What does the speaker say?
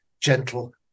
Gentle